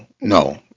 No